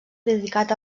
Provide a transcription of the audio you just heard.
dedicat